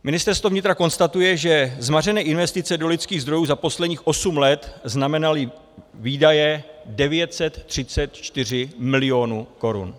Ministerstvo vnitra konstatuje, že zmařené investice do lidských zdrojů za posledních osm let znamenaly výdaje 934 milionů korun.